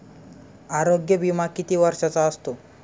आरोग्य विमा किती वर्षांचा असतो?